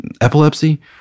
Epilepsy